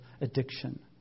addiction